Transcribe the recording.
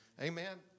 Amen